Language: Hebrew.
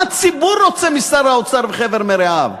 מה הציבור רוצה משר האוצר ומחבר מרעיו?